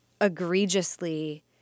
egregiously